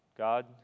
God